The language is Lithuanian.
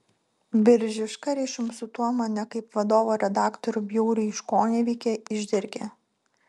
biržiška ryšium su tuo mane kaip vadovo redaktorių bjauriai iškoneveikė išdergė